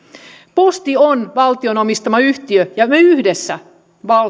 posti on valtion omistama yhtiö ja me yhdessä